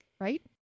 right